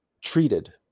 treated